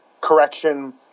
correction